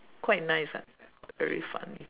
quite nice ah very funny